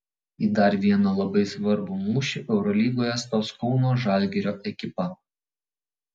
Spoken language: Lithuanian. į dar vieną labai svarbų mūšį eurolygoje stos kauno žalgirio ekipa